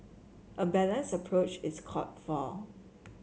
a balanced approach is called for